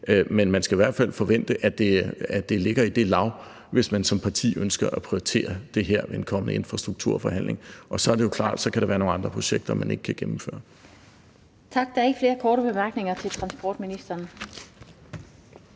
Men man skal i hvert fald forvente, at det ligger i det lag, hvis man som parti ønsker at prioritere det her ved en kommende infrastrukturforhandling, og så er det jo klart, at der så kan være nogle andre projekter, man ikke kan gennemføre.